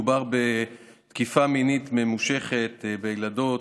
מדובר בתקיפה מינית ממושכת בילדות,